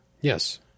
yes